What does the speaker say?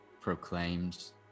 proclaims